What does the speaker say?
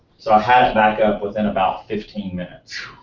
so, i had it back up within about fifteen minutes.